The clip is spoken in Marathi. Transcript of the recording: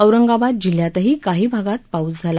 औरंगाबाद जिल्ह्यातही काही भागात पाऊस झाला